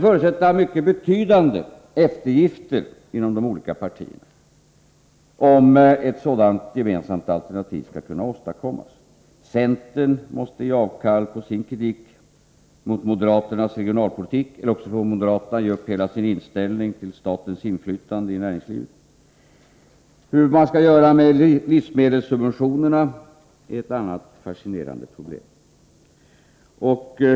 Om ett sådant gemensamt alternativ skall kunna åstadkommas, förutsätter det mycket betydande eftergifter från de olika partierna; centern måste ge avkall på sin kritik mot moderaternas regionalpolitik, annars får moderaterna ge upp hela sin inställning till statens inflytande i näringslivet. Hur man skall göra med livsmedelssubventionerna är ett annat fascinerande problem.